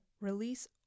release